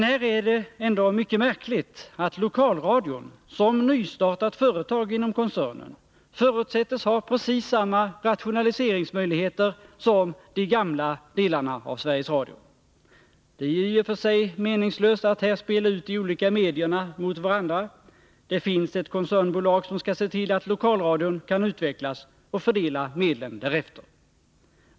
Här är det ändå mycket märkligt att lokalradion som nystartat företag inom koncernen förutsättes ha precis samma rationaliseringsmöjligheter som de ”gamla” delarna av Sveriges Radio. Det är i och för sig meningslöst att här spela ut de olika medierna mot varandra. Det finns ett koncernbolag som skall se till att lokalradion kan utvecklas och fördela medlen därefter.